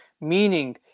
meaning